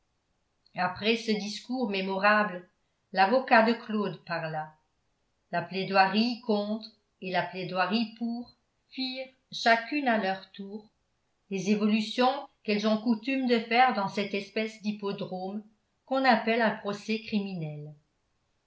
après ce discours mémorable l'avocat de claude parla la plaidoirie contre et la plaidoirie pour firent chacune à leur tour les évolutions qu'elles ont coutume de faire dans cette espèce d'hippodrome qu'on appelle un procès criminel